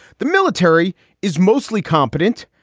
the military is mostly competent,